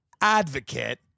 advocate